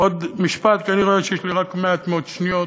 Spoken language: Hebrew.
עוד משפט, כי אני רואה שיש לי רק מעט מאוד שניות.